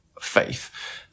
faith